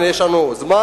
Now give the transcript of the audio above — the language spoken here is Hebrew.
הנה יש לנו זמן,